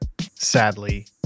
sadly